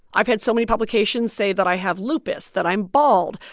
i've had so many publications say that i have lupus, that i'm bald.